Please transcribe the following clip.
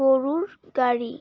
গরুর গাড়ি